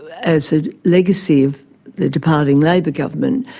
as a legacy of the departing labor government,